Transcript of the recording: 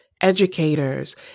educators